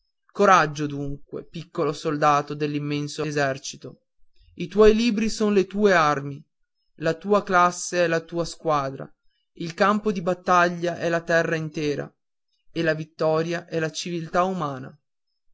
coraggio dunque piccolo soldato dell'immenso esercito i tuoi libri son le tue armi la tua classe è la tua squadra il campo di battaglia è la terra intera e la vittoria è la civiltà umana